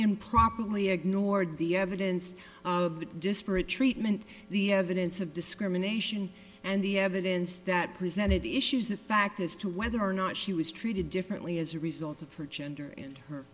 improperly ignored the evidence of the disparate treatment the evidence of discrimination and the evidence that presented issues a fact as to whether or not she was treated differently as a result of her gender and her